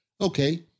okay